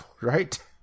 right